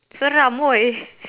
seram !oi!